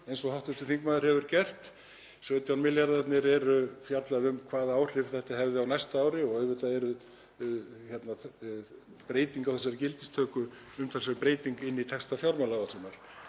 eins og hv. þingmaður hefur gert. 17 milljarðarnir, það er fjallað um hvaða áhrif þetta hefði á næsta ári og auðvitað er breyting á þessari gildistöku umtalsverð breyting á texta fjármálaáætlunar.